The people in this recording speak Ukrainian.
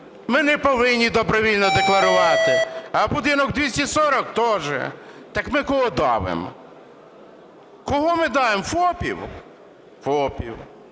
ми не повинні добровільно декларувати, а будинок 240 – теж. Так ми кого давимо? Кого ми давимо: ФОПів? ФОПів.